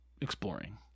exploring